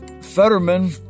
Fetterman